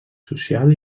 social